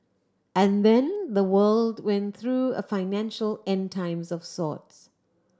and then the world went through a financial End Times of sorts